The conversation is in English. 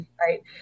Right